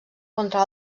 contra